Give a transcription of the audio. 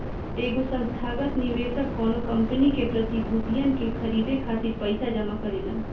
एगो संस्थागत निवेशक कौनो कंपनी के प्रतिभूतियन के खरीदे खातिर पईसा जमा करेला